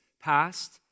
past